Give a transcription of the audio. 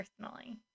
personally